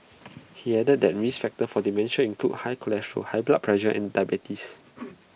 he added that risk factors for dementia include high cholesterol high blood pressure and diabetes